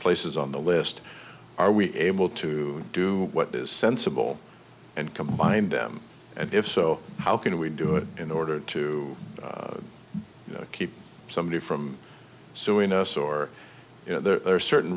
places on the list are we able to do what is sensible and combine them and if so how can we do it in order to keep somebody from suing us or you know there are certain